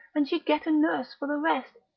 and she'd get a nurse for the rest.